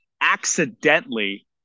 accidentally